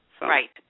Right